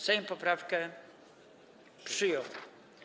Sejm poprawkę przyjął.